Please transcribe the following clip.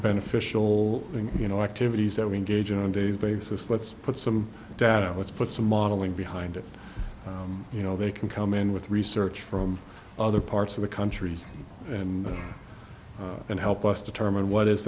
beneficial thing you know activities that we engage in on a daily basis let's put some data let's put some modeling behind it you know they can come in with research from other parts of the country and and help us determine what